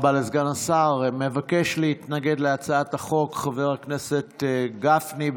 מבקש להתנגד להצעת החוק חבר הכנסת גפני.